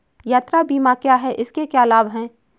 यात्रा बीमा क्या है इसके क्या लाभ हैं?